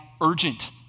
urgent